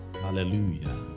Hallelujah